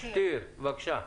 בבקשה.